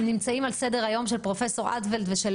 והם נמצאים על סדר היום של פרופ' אנדולט ושל